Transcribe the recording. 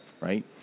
Right